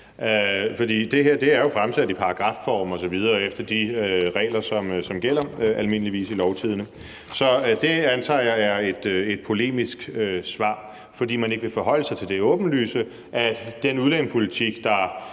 det her er jo fremsat i paragrafform osv. efter de regler, som gælder almindeligvis i Lovtidende. Så det antager jeg er et polemisk svar, fordi man ikke vil forholde sig til det åbenlyse, at den udlændingepolitik,